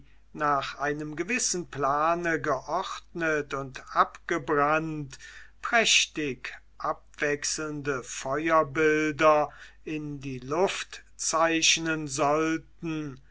nach einem gewissen plane geordnet und abgebrannt prächtig abwechselnde feuerbilder in die luft zeichnen sollten